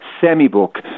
semi-book